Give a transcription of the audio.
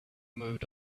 moved